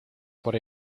por